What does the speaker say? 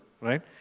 right